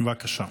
בבקשה.